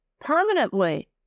permanently